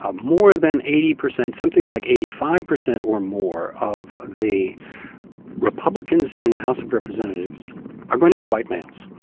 ah more than eighty percent something like eighty five percent or more of the republicans in the house of representatives are going to be white males.